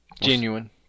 genuine